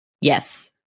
Yes